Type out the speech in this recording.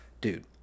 dude